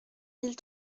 mille